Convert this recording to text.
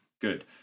Good